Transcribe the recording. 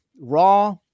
Raw